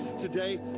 Today